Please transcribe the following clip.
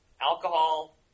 alcohol